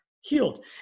healed